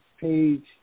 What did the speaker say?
page